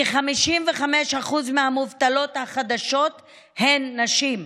כ-55% מהמובטלות החדשות הן נשים.